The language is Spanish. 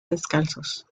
descalzos